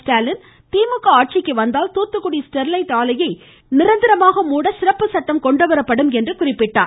ஸ்டாலின் திமுக ஆட்சிக்கு வந்தால் துாத்துகுடி ஸ்டெர்லைட் ஆலையை நிரந்தரமாக மூட சிறப்பு சட்டம் கொண்டுவரப்படும் என்றார்